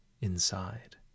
inside